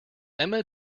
emma